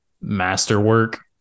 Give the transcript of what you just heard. masterwork